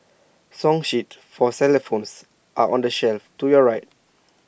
song sheets for xylophones are on the shelf to your right